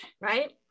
Right